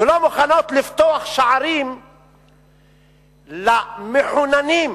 ולא מוכנות לפתוח שערים למחוננים שישנם,